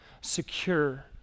secure